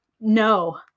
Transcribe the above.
no